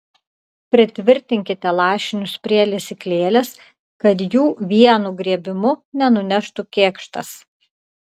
pritvirtinkite lašinius prie lesyklėlės kad jų vienu griebimu nenuneštų kėkštas